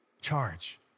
charge